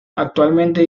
actualmente